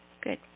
good